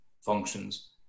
functions